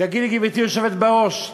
תגידי, גברתי היושבת בראש,